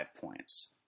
points